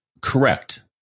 correct